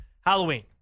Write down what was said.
Halloween